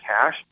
cash